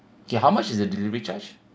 okay how much is the delivery charge